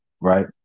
Right